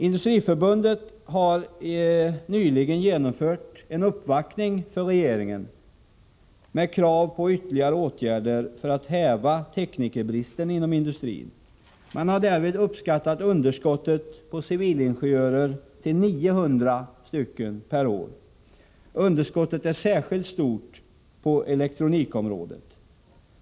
Industriförbundet har nyligen genomfört en uppvaktning hos regeringen och då framfört krav på ytterligare åtgärder för att häva teknikerbristen inom industrin. Industriförbundet har uppskattat underskottet på civilingenjörer till 900 per år. Underskottet är särskilt stort på elektronikområdet.